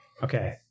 Okay